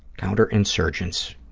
counterinsurgents.